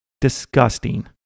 Disgusting